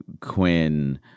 Quinn